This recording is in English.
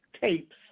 tapes